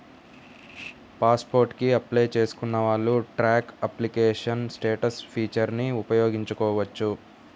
pass port కి apply చేసుకున్న వాళ్ళు ట్రాక్ అప్లికేషన్ స్టేటస్ ఫీచర్ని ఉపయోగించవచ్చు